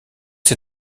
ces